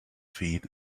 feet